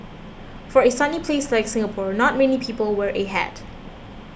for a sunny place like Singapore not many people wear a hat